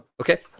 okay